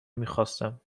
میخواستم